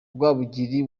rwabugiri